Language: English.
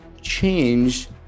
change